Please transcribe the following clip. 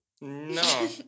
no